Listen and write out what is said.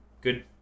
good